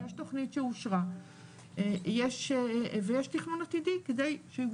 יש תוכנית שאושרה ויש תכנון עתידי כדי שהוא